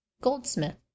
Goldsmith